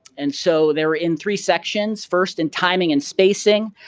and so, they're in three sections. first in timing and spacing.